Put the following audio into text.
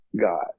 God